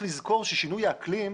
צריך לזכור ששינוי האקלים,